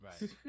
Right